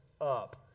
up